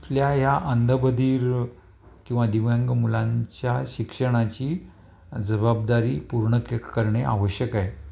आपल्या या अंध बधिर किंवा दिव्यांग मुलांच्या शिक्षणाची जबाबदारी पूर्ण के करणे आवश्यक आहे